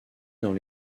dans